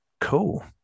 cool